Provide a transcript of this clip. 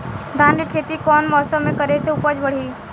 धान के खेती कौन मौसम में करे से उपज बढ़ी?